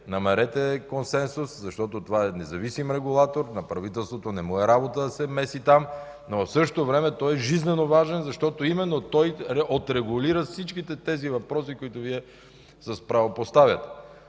Намерете консенсус, защото това е независим регулатор, не е работа на правителството да се меси там, но в същото време той е жизнено важен, защото именно той отрегулира всички тези въпроси, които с право поставяте.